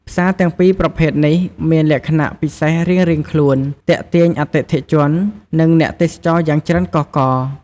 ផ្សារទាំងពីរប្រភេទនេះ មានលក្ខណៈពិសេសរៀងៗខ្លួន ទាក់ទាញអតិថិជន និងអ្នកទេសចរណ៍យ៉ាងច្រើនកុះករ។